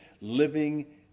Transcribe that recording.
living